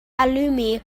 alumni